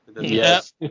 Yes